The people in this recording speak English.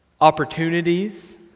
opportunities